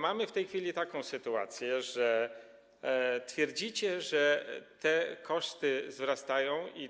Mamy w tej chwili taką sytuację, że twierdzicie, że koszty wzrastają i